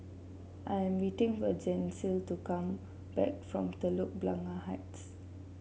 I'm waiting for Gisele to come back from Telok Blangah Heights